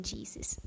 Jesus